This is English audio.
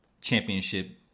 championship